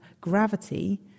gravity